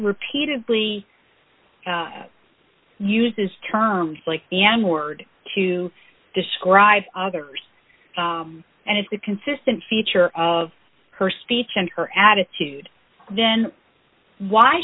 repeatedly uses terms like an word to describe others and it's a consistent feature of her speech and her attitude then why